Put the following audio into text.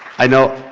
i know.